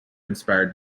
inspired